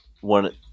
one